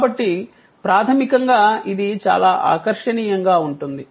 కాబట్టి ప్రాథమికంగా ఇది చాలా ఆకర్షణీయంగా ఉంటుంది